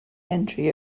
entry